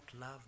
love